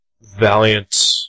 Valiant